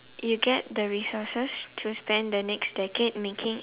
you get the resources to spend the next decade making